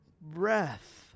breath